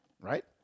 right